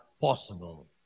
possible